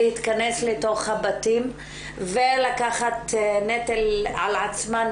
להתכנס לתוך הבתים ולקחת נטל על עצמן,